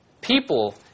people